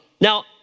Now